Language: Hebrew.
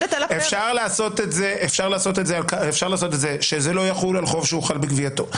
אפשר לעשות את זה שזה לא יחול על חוב שהוחל בגבייתו.